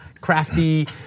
crafty